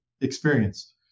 experience